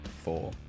four